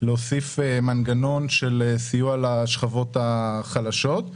להוסיף מנגנון של סיוע לשכבות החלשות,